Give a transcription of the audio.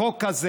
החוק הזה,